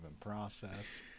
process